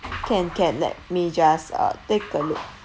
can can let me just uh take a look